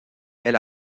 elle